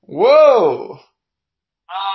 Whoa